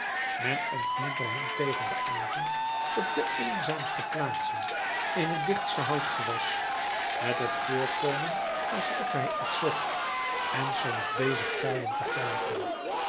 men ontmoette hem tegen den avond op de eenzaamste plaatsen in het dichtste houtgewas met het voorkomen alsof hij iets zocht en soms bezig kuilen te graven